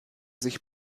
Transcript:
sich